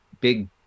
big